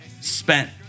spent